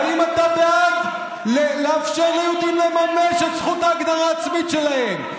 האם אתה בעד לאפשר ליהודים לממש את זכות ההגדרה העצמית שלהם,